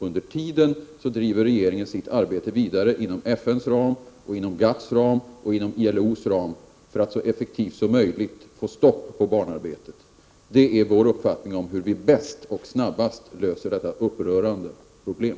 Under tiden driver regeringen inom FN:s ram, inom GATT:s ram och inom ILO:s ram sitt arbete vidare för att så effektivt som möjligt få stopp på barnarbetet. Det är vår uppfattning om hur vi bäst och snabbast löser detta upprörande problem.